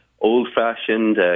old-fashioned